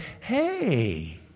hey